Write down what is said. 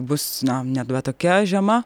bus na nebe tokia žema